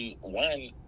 One